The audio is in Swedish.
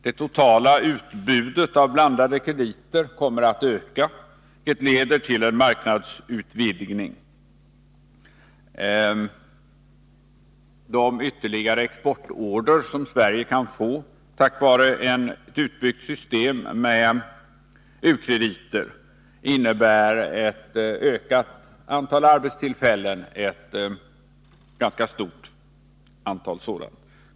Det totala utbudet av blandade krediter kommer att öka, vilket leder till en marknadsutvidgning. De ytterligare exportorder som Sverige kan få tack vare ett utbyggt system med u-krediter innebär ett ökat antal arbetstillfällen — ett ganska stort antal.